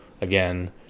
again